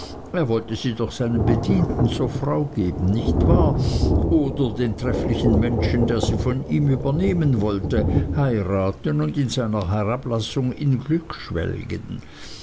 er wollte sie doch seinem bedienten zur frau geben nicht wahr oder den trefflichen menschen der sie von ihm übernehmen wollte heiraten und in seiner herablassung in